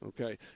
Okay